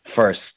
First